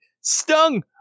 Stung